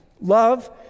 love